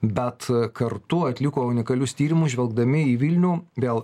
bet kartu atliko unikalius tyrimus žvelgdami į vilnių vėl